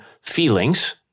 feelings